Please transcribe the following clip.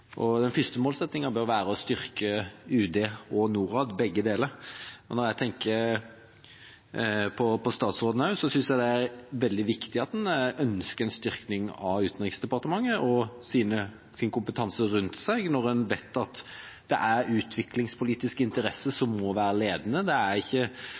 målsettingene. Den første målsettingen bør være å styrke både UD og Norad. Når jeg tenker på statsråden, synes jeg det er veldig viktig at en ønsker en styrking av Utenriksdepartementet og kompetansen rundt seg, når en vet at det er de utviklingspolitiske interessene som må være ledende – ikke